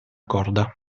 corda